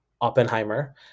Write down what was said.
Oppenheimer